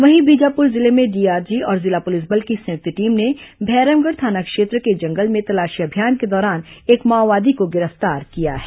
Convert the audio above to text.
वहीं बीजापुर जिले में डीआरजी और जिला पुलिस बल की संयुक्त टीम ने भैरमगढ़ थाना क्षेत्र के जंगल में तलाशी अभियान के दौरान एक माओवादी को गिरफ्तार किया है